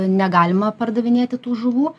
negalima pardavinėti tų žuvų